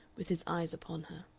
with his eyes upon her.